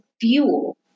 fuel